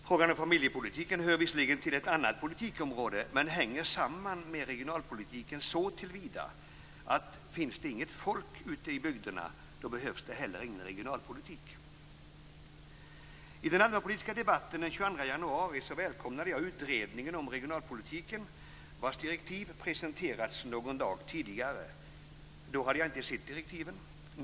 Frågan om familjepolitiken hör visserligen till ett annat politikområde men hänger samman med regionalpolitiken så till vida att finns det inget folk ute i bygderna då behövs det heller ingen regionalpolitik. I den allmänpolitiska debatten den 22 januari välkomnade jag utredningen om regionalpolitiken vars direktiv presenterats någon dag tidigare. Då hade jag inte sett direktiven.